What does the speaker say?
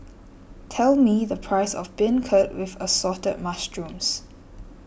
tell me the price of Beancurd with Assorted Mushrooms